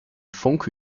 funke